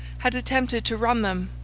had attempted to run them,